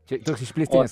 čia toks išplėstinis